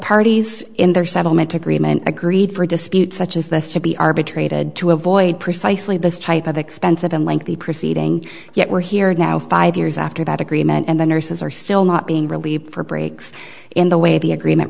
parties in their settlement agreement agreed for disputes such as this to be arbitrated to avoid precisely this type of expensive and lengthy proceeding yet we're hearing now five years after that agreement and the nurses are still not being relieved for breaks in the way the agreement